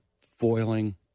foiling